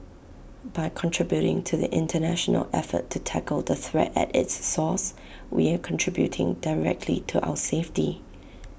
by contributing to the International effort to tackle the threat at its source we are contributing directly to our safety